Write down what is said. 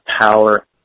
power